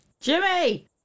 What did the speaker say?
Jimmy